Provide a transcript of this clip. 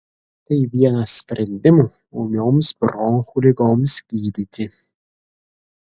tai vienas sprendimų ūmioms bronchų ligoms gydyti